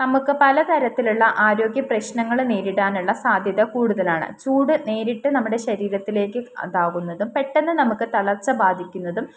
നമുക്ക് പല തരത്തിലുള്ള ആരോഗ്യ പ്രശ്നങ്ങൾ നേരിടാനുള്ള സാധ്യത കൂടുതലാണ് ചൂട് നേരിട്ട് നമ്മുടെ ശരീരത്തിലേക്ക് അതാകുന്നതും പെട്ടെന്ന് നമുക്ക് തളർച്ച ബാധിക്കുന്നതും